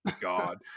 God